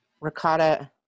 ricotta